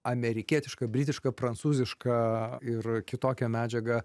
amerikietiška britiška prancūziška ir kitokia medžiaga